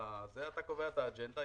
אתה קובע את האג'נדה,